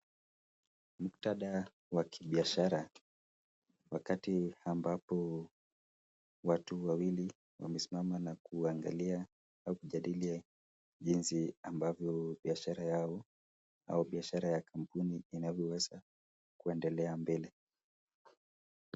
Muktadha wa kibiashara wakati ambapo watu wawili wamesimama na kuangalia au kujadili jinsi ambavyo biashara Yao au biashara ya kampuni inavyoweza kuendelea mbele.